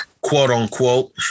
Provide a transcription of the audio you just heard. quote-unquote